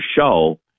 show